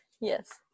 Yes